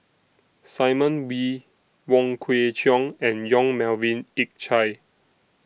Simon Wee Wong Kwei Cheong and Yong Melvin Yik Chye